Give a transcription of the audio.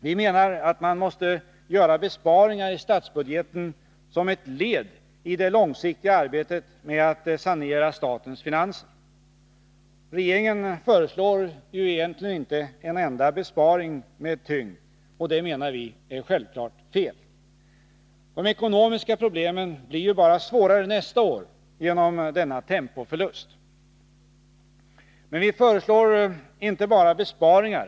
Vi menar att man måste göra besparingar i statsbudgeten som ett led i det långsiktiga arbetet med att sanera statens finanser. Regeringen föreslår egentligen inte en enda besparing med tyngd, och det menar vi är fel. De ekonomiska problemen blir bara svårare nästa år genom denna tempoförlust. Vi föreslår emellertid inte bara besparingar.